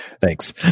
Thanks